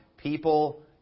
People